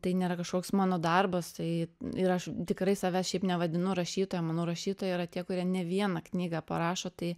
tai nėra kažkoks mano darbas tai ir aš tikrai savęs šiaip nevadinu rašytoja manau rašytojai yra tie kurie ne vieną knygą parašo tai